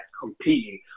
competing